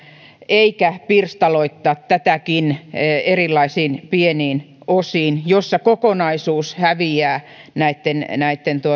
eikä pirstaloittaa tätäkin erilaisiin pieniin osiin joissa kokonaisuus häviää näitten näitten